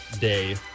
Day